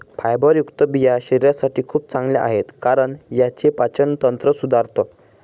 फायबरयुक्त बिया शरीरासाठी खूप चांगल्या आहे, कारण याने पाचन तंत्र सुधारतं